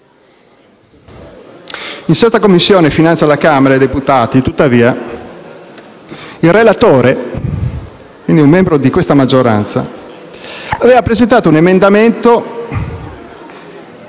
In Commissione finanze alla Camera dei deputati, tuttavia, il relatore, ovvero un membro di questa maggioranza, aveva presentato un emendamento,